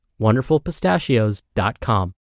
WonderfulPistachios.com